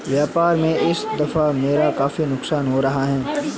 व्यापार में इस दफा मेरा काफी मुनाफा हो रहा है